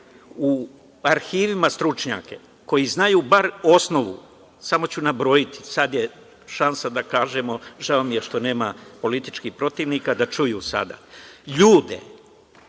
u arhivima stručnjake koji znaju bar osnovu. Samo ću nabrojiti, sad je šansa da kažemo, žao mi je što nema političkih protivnika da čuju sada, ljude,